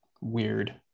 weird